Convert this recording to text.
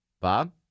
Bob